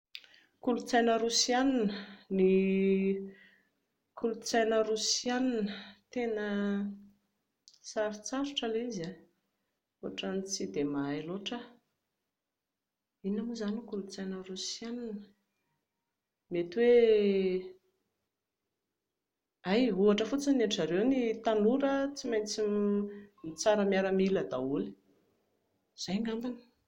Kolotsaina rosiana, ny kolotsaina rosiana, tena sarotsarotra ilay izy a, ohatran'ny tsy dia mahay loatra aho, inona moa izany ny kolotsaina rosiana? Mety hoe, hay, ohatra fotsiny ny an-dry zareo ny tanora tsy maintsy mitsara miaramila daholo, izay angamba